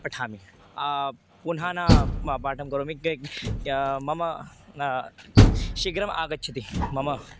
पठामि पुनः न प पाठं करोमि के मम न शीघ्रम् आगच्छति मम